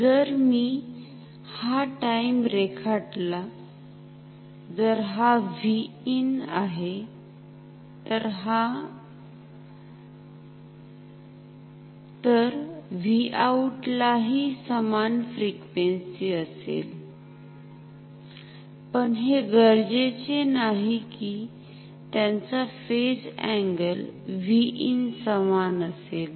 तर जर मी हा टाईम रेखाटला जर हा Vin आहे तर Vout ला हि समान फ्रिक्वेंसि असेल पण हे गरजेचे नाही कि त्यांचा फेज Vin समान असेल